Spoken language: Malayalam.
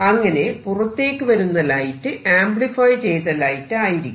അങ്ങനെ പുറത്തേക്കു വരുന്ന ലൈറ്റ് ആംപ്ലിഫൈ ചെയ്ത ലൈറ്റ് ആയിരിക്കും